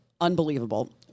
Unbelievable